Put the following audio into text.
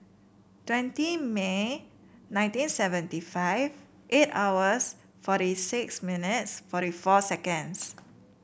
twenty May nineteen seventy five eight hours forty six minutes forty four seconds